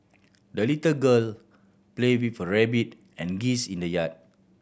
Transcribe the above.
the little girl played with her rabbit and geese in the yard